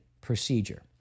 procedure